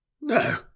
No